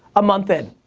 a month in?